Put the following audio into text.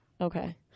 Okay